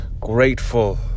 grateful